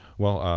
well,